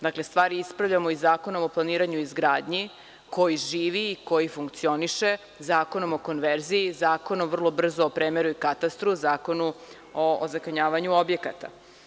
Dakle, ispravljamo stvari iz Zakona o planiranju i izgradnji koji živi i koji funkcioniše Zakonom o konverziju, vrlo brzo Zakona o premeru i katastru, Zakona o ozakonjavanju objekata.